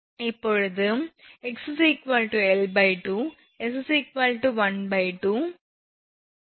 இப்போது x L2 s l2 x என்பது கிடைமட்ட தூரம்